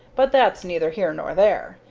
but that's neither here nor there.